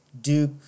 Duke